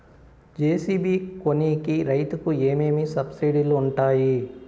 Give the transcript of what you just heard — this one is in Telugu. జె.సి.బి కొనేకి రైతుకు ఏమేమి సబ్సిడి లు వుంటాయి?